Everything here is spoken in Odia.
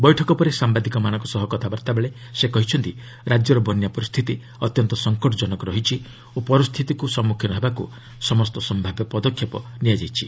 ବୈଠକ ପରେ ସାମ୍ଭାଦିକମାନଙ୍କ ସହ କଥାବାର୍ତ୍ତା ବେଳେ ସେ କହିଛନ୍ତି ରାଜ୍ୟର ବନ୍ୟା ପରିସ୍ଥିତି ଅତ୍ୟନ୍ତ ସଂକଟଜନକ ରହିଛି ଓ ପରିସ୍ଥିତିକୁ ସମ୍ମୁଖିନ ହେବାକୁ ସମସ୍ତ ସମ୍ଭାବ୍ୟ ପଦକ୍ଷେପ ନିଆଯାଇଛି